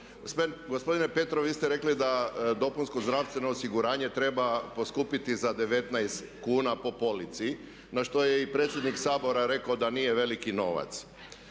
Gospodine Petrov vi ste rekli da dopunsko zdravstveno osiguranje treba poskupiti za 19 kuna po polici, na što je i predsjednik Sabora rekao da nije veliki novac.